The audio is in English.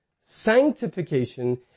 sanctification